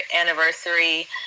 anniversary